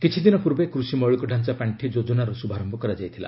କିଛି ଦିନ ପୂର୍ବେ କୃଷି ମୌଳିକ ଜାଞ୍ଚା ପାଣ୍ଡି ଯୋଜନାର ଶୁଭାରମ୍ଭ କରାଯାଇଛି